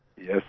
Yes